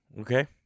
okay